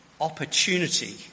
Opportunity